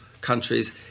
countries